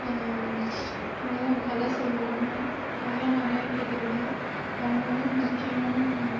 க இதெல்லாம் கதை சொல்லுவாங்கள் அதெலாம் நிறைய கேட்டுக்கிட்டு அவங்க வந்து முக்கியமாக